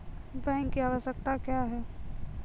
Bank की आवश्यकता क्या हैं?